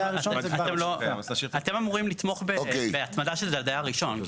אתם אמורים לתמוך בהצמדה של זה לדייר הראשון כי